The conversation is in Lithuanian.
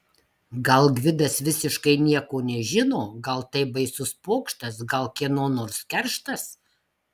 gal gvidas visiškai nieko nežino gal tai baisus pokštas gal kieno nors kerštas